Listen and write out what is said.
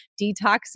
detoxing